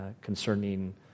concerning